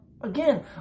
again